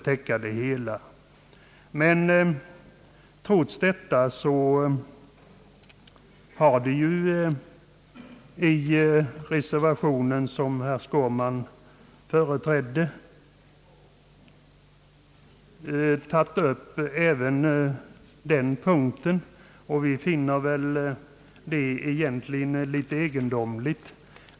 Trots detta har man i den reservation som herr Skårman talade för tagit upp även den saken, vilket jag finner litet egendomligt.